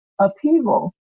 upheaval